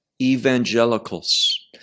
evangelicals